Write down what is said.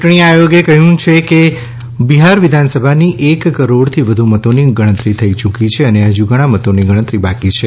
ચૂંટણી આયોગ મિડીયા ચૂંટણી આયોગે કહ્યું છે કે બિહાર વિધાનસભાની એક કરોડથી વધુ મતોની ગણતરી થઇ યૂકી છે અને હજુ ઘણા મતોની ગણતરી બાકી છે